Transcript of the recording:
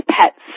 pets